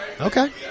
Okay